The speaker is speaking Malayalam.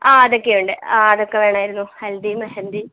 ആ അതൊക്കെയുണ്ട് ആ അതൊക്കെ വേണമായിരുന്നു ഹൽദി മെഹന്തി